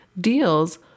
deals